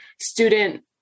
student